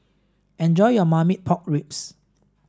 enjoy your Marmite Pork Ribs